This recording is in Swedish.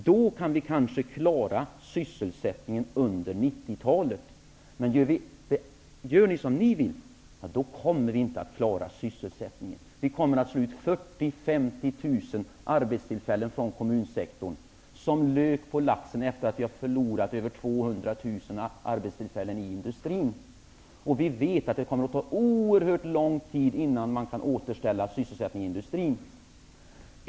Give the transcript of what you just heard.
Då kan vi kanske klara sysselsättningen under 90-talet. Gör ni som ni vill, kommer vi inte att klara sysselsättningen. Vi kommer att ta bort 40 000--50 000 arbetstillfällen från kommunsektorn, som lök på laxen efter det att vi förlorat över 200 000 arbetstillfällen i industrin. Vi vet att det kommer att ta oerhört lång tid innan man kan återställa sysselsättningsnivån i industrin.